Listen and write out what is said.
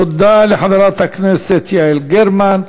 תודה לחברת הכנסת יעל גרמן.